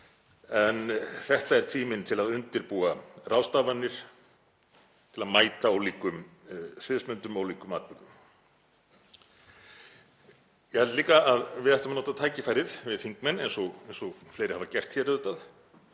En þetta er tíminn til að undirbúa ráðstafanir til að mæta ólíkum sviðsmyndum, ólíkum atburðum. Ég held líka að við ættum að nota tækifærið, við þingmenn, eins og fleiri hafa gert hér auðvitað,